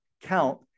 count